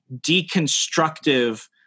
deconstructive